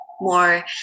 more